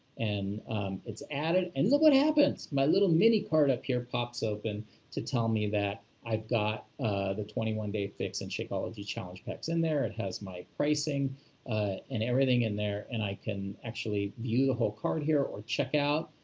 and it's added. and look what happens, my little mini cart up here pops open to tell me that i've got the twenty one day fix and shakeology challenge pack, and there it has my pricing ah and everything in there, and i can actually view the whole cart here or checkout.